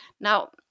Now